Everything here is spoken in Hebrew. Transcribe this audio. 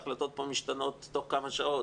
ההחלטות פה משתנות תוך כמה שעות,